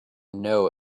know